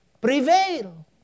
prevail